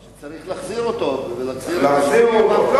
שצריך להחזיר אותו ולהחזיר, להחזיר אותו.